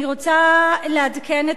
אני רוצה לעדכן אתכם,